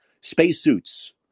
spacesuits